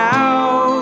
out